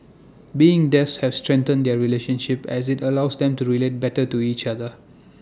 being death has strengthened their relationship as IT allows them to relate better to each other